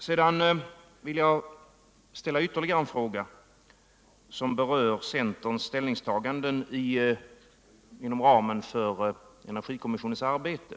Sedan vill jag ställa ytterligare en fråga, som berör centerns ställningstaganden inom ramen för energikommissionens arbete.